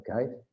Okay